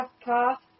path